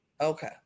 Okay